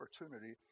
opportunity